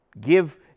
give